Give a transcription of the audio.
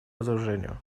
разоружению